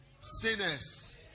sinners